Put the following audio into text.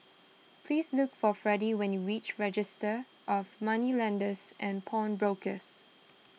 please look for Fredy when you reach Registry of Moneylenders and Pawnbrokers